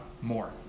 more